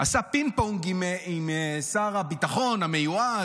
עשה פינג-פונג עם שר הביטחון המיועד,